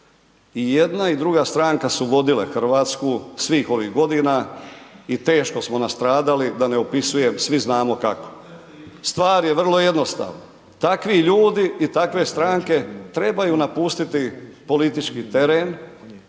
I jedna i druga stranka su vodile Hrvatsku svih ovih godina i teško smo nastradali, da ne opisujem, svi znamo kako. Stvar je vrlo jednostavna, takvi ljudi i takve stranke trebaju napustiti politički teren